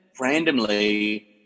randomly –